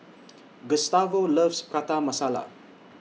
Gustavo loves Prata Masala